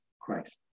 Christ